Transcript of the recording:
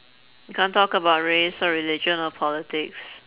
you can't talk about race or religion or politics